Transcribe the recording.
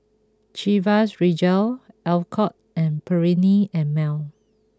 Chivas Regal Alcott and Perllini N Mel